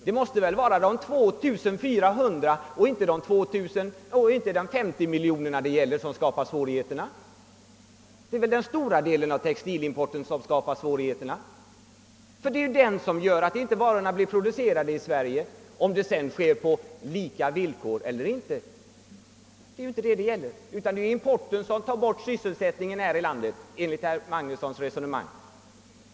Det är väl de 2 450 miljonerna och inte de 30 å 40 miljonerna, alltså den stora delen av textilimporten, som skapar svårigheterna? Det är ju den som gör att inte varorna blir producerade i Sverige, antingen det sedan sker på »lika villkor» eller inte. Men likväl är det importen från Korea och andra länder som minskar sysselsättningen här i landet enligt herr Magnussons resonemang.